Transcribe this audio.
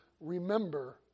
remember